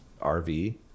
RV